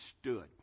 stood